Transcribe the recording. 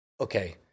okay